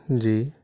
جی